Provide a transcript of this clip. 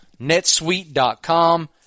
netsuite.com